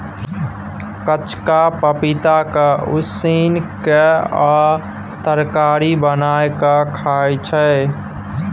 कचका पपीता के उसिन केँ या तरकारी बना केँ खाइ छै